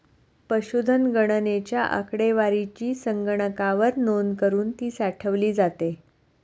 पशुधन गणनेच्या आकडेवारीची संगणकावर नोंद करुन ती साठवली जाते